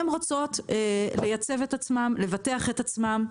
הן רוצות לייצב את עצמן, ולבטח את עצמן.